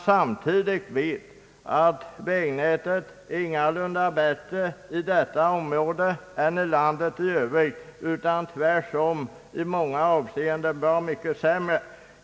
Samtidigt vet vi att vägnätet i detta område ingalunda är bättre än i landet i övrigt, utan tvärtom i många avseenden är mycket sämre.